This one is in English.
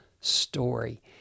story